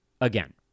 again